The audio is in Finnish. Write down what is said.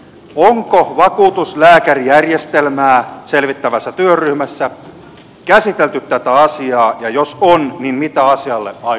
onko vakuutuslääkärijärjestelmää selvittävässä työryhmässä käsitelty tätä asiaa ja jos on niin mitä asialle aiotaan tehdä